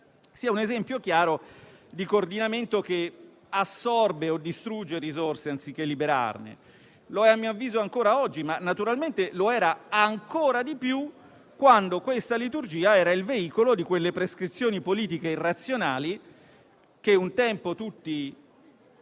siano un esempio chiaro di coordinamento che assorbe o distrugge risorse, anziché liberarne. Lo è a mio avviso ancora oggi, ma naturalmente lo era ancora di più quando questa liturgia era il veicolo di quelle prescrizioni politiche irrazionali che un tempo tutti